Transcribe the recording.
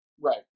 Right